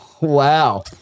Wow